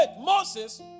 Moses